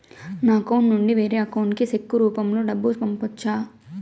నా అకౌంట్ నుండి వేరే అకౌంట్ కి చెక్కు రూపం లో డబ్బును పంపొచ్చా?